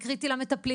זה קריטי למטפלים,